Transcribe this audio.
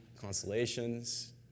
constellations